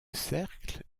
cercle